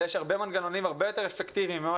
יש הרבה מנגנונים הרבה יותר אפקטיביים ממה